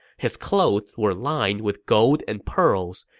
his clothes were lined with gold and pearls.